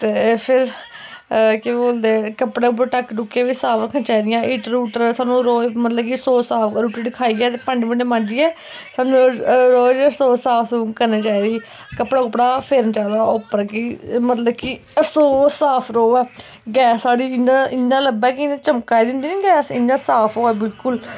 ते फिर केह् बोलदे कपड़ा कुपड़ा टाकिया टूकियां साफ रक्खनियां हीटर हूटर सानू रोज़ मतलब कि सोत सात रुट्टी रट्टी खाइयै ते भांडे भूंडे मांजियै सानू रोज रसो साफ सूफ करनी चाहिदी कपड़ा कुपड़ा फेरना चाहिदा उप्पर कि रसो साफ रवै गैस साढ़ी इ'यां लब्भै कि चमका दी होऐ नी इ'यां साफ होऐ गैस